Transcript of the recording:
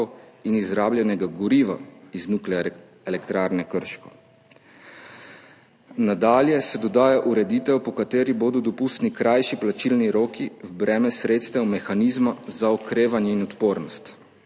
in izrabljenega goriva iz Nuklearne elektrarne Krško. Nadalje se dodaja ureditev, po kateri bodo dopustni krajši plačilni roki v breme sredstev mehanizma za okrevanje in odpornost.